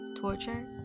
torture